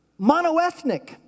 monoethnic